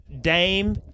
Dame